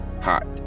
Hot